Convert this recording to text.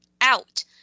out